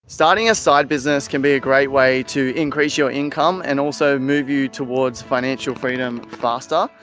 starting a side business can be a great way to increase your income and also move you towards financial freedom faster.